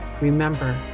remember